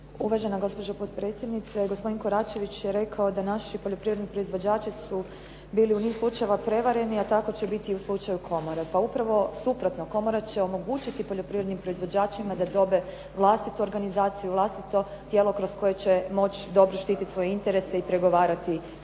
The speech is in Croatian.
Uvažena gospođo potpredsjednice. Gospodin Koračević je rekao da naši poljoprivredni proizvođači su bili u niz slučajeva prevareni a tako će biti i u slučaju komore. Pa upravo suprotno, komora će omogućiti poljoprivrednim proizvođačima da dobe vlastitu organizaciju, vlastito tijelo kroz koje će moći dobro štititi svoje interese i pregovarati sa